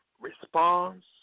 response